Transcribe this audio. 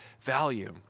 value